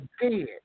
dead